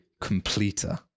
completer